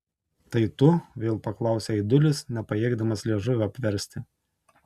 tai tu vėl paklausė aidulis nepajėgdamas liežuvio apversti